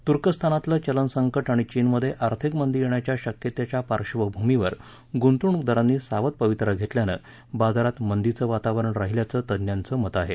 तुर्कस्तानातलं चलन संकट आणि चीनमध्ये आर्थिक मंदी येण्याच्या शक्यतेच्या पार्श्वभूमीवर गुंतवणूकदारांनी सावध पवित्रा घेतल्यानं बाजारात मंदीचं वातावरण राहिल्याचं तज्ञांचं मत आहे